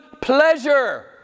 pleasure